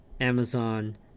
Amazon